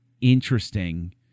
interesting